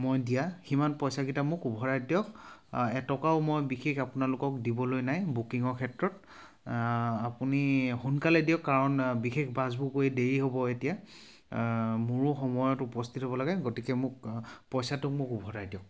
মই দিয়া সিমান পইচাকেইটা মোক উভৰাই দিয়ক এটকাও মই বিশেষ আপোনালোকক দিবলৈ নাই বুকিঙৰ ক্ষেত্ৰত আপুনি সোনকালে দিয়ক কাৰণ বিশেষ বাছবোৰ গৈ দেৰি হ'ব এতিয়া মোৰো সময়ত উপস্থিত হ'ব লাগে গতিকে মোক পইচাটো মোক উভতাই দিয়ক